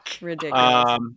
Ridiculous